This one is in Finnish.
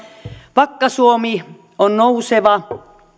vakka suomi on nouseva